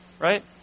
right